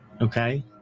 Okay